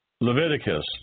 Leviticus